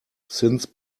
since